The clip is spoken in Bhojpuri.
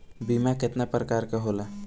बीमा केतना प्रकार के होला?